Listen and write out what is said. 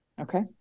Okay